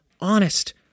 honest